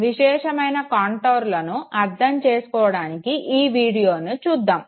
విశేషమైన కాంటోర్లను అర్ధం చేసుకోవడానికి ఈ వీడియోను చూద్దాము